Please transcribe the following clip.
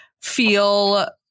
feel